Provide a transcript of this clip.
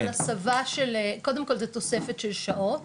זה הסבה, קודם כל זה תוספת של שעות